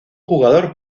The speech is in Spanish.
jugador